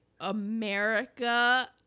America